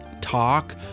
talk